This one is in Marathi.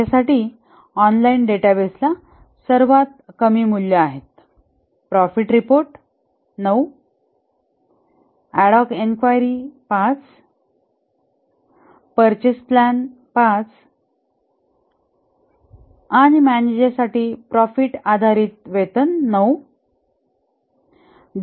त्यांच्यासाठी ऑनलाईन डेटाबेस ला सर्वात कमी मूल्य आहेत profit report 9 ad hoc enquiry 5 purchase plan 5 आणि मॅनेजर साठी प्रॉफिट आधारित वेतन 9